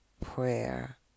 prayer